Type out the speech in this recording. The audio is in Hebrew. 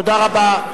תודה רבה.